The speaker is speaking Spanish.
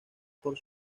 por